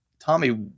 Tommy